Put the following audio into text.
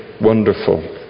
wonderful